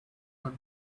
not